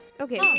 Okay